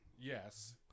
yes